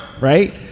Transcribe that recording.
right